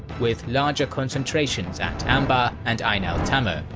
with larger concentrations at anbar and ain-al-tamur.